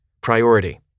priority